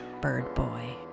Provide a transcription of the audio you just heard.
birdboy